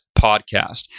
podcast